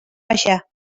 baixar